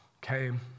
came